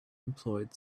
employed